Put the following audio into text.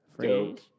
Dope